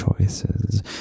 choices